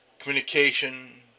communication